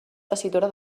tessitura